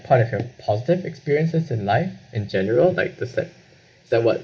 part of your positive experiences in life in general like does that